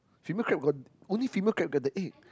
female crab got only female crab get the egg